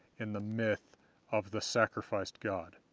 in the myth of the sacrificed god,